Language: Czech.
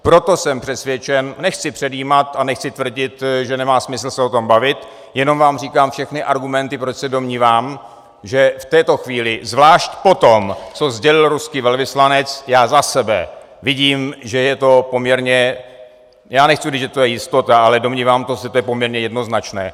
Proto jsem přesvědčen nechci předjímat a nechci tvrdit, že nemá smysl se o tom bavit, jenom vám říkám všechny argumenty, proč se domnívám, že v této chvíli, zvlášť po tom, co sdělil ruský velvyslanec, já za sebe vidím, že je to poměrně já nechci říct, že to je jistota, ale domnívám se, to je poměrně jednoznačné.